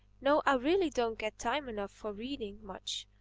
no, i really don't get time enough for reading much.